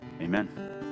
Amen